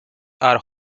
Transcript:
are